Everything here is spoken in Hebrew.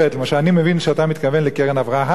אני מבין שאתה מתכוון לקרן אברהם,